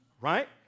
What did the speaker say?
right